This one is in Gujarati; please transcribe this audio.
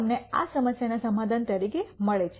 તમને આ સમસ્યાના સમાધાન તરીકે મળી શકે છે